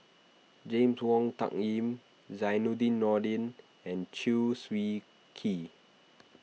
James Wong Tuck Yim Zainudin Nordin and Chew Swee Kee